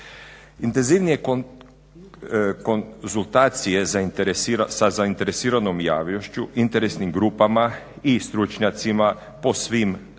Intenzivnije konzultacije sa zainteresiranom javnošću, interesnim grupama i stručnjacima po svim zakonom